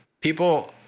people